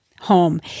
home